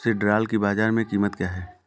सिल्ड्राल की बाजार में कीमत क्या है?